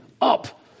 Up